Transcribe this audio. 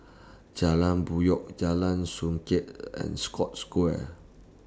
Jalan Puyoh Jalan Songket and Scotts Square